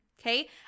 okay